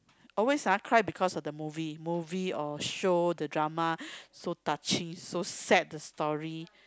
always ah cry because of the movie movie or show the drama so touching so sad the story